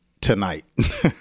tonight